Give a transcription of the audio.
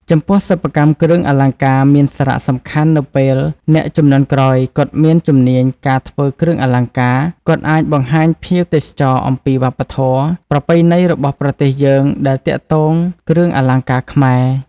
ចំពោះសិប្បកម្មគ្រឿងអលង្ការមានសារៈសំខាន់នៅពេលអ្នកជំនាន់ក្រោយគាត់មានជំនាញការធ្វើគ្រឿងអលង្ការ គាត់អាចបង្ហាញភ្ញៀវទេសចរណ៍អំពីវប្បធម៌ ប្រពៃណីរបស់ប្រទេសយើងដែលទាក់ទងគ្រឿងអលង្ការខ្មែរ។